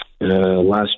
Last